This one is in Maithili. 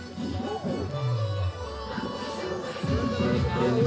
बचत खाता खोले के लेल के.वाइ.सी के प्रमाण के रूप में आधार और पैन कार्ड के जरूरत हौला